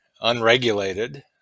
unregulated